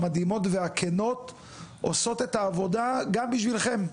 המדהימות והכנות עושות את העבודה גם בשבילכם.